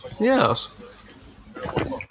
Yes